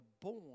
born